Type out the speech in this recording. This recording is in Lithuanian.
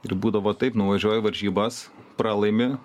ir būdavo taip nuvažiuoji į varžybas pralaimi